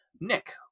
Nick